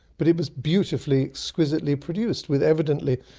but it was beautifully exquisitely produced, with evidently,